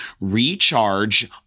recharge